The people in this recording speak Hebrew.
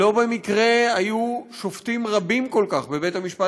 לא במקרה היו שופטים רבים כל כך בבית-המשפט